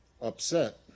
upset